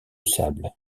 sable